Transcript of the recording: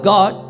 God